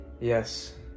Yes